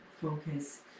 focus